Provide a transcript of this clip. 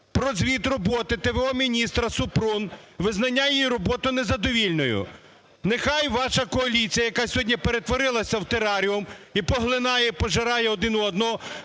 про звіт роботи т.в.о.міністра Супрун, визнання її роботи незадовільною. Нехай ваша коаліція, яка сьогодні перетворилася в тераріум і поглинає, пожирає один одного,